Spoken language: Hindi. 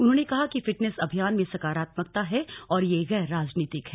उन्होंने कहा कि फिटनेस अभियान में सकारात्मकता है और यह गैर राजनीतिक है